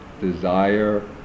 desire